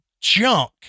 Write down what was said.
junk